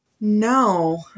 No